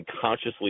consciously